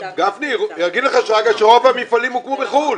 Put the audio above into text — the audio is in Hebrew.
גפני, יגיד לך שרגא שרוב המפעלים הוקמו בחו"ל.